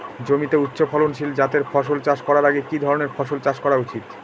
জমিতে উচ্চফলনশীল জাতের ফসল চাষ করার আগে কি ধরণের ফসল চাষ করা উচিৎ?